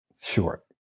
Sure